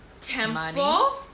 Temple